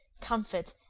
comfort,